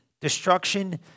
destruction